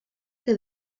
que